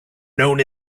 known